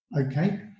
Okay